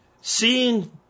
seeing